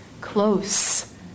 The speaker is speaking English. close